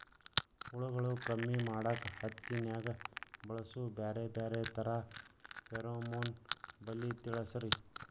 ಹುಳುಗಳು ಕಮ್ಮಿ ಮಾಡಾಕ ಹತ್ತಿನ್ಯಾಗ ಬಳಸು ಬ್ಯಾರೆ ಬ್ಯಾರೆ ತರಾ ಫೆರೋಮೋನ್ ಬಲಿ ತಿಳಸ್ರಿ